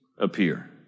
appear